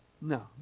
No